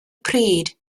pryd